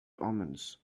omens